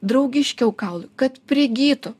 draugiškiau kaului kad prigytų